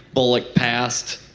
bullock passed,